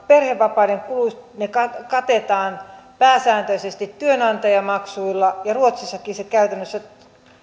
perhevapaiden kulut katetaan pääsääntöisesti työnantajamaksuilla ja ruotsissakin se käytännössä